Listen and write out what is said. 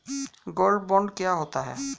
Gold bond क्या होता है?